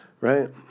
right